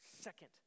second